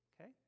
Okay